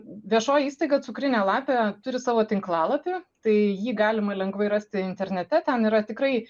viešoji įstaiga cukrinė lapė turi savo tinklalapį tai jį galima lengvai rasti internete ten yra tikrai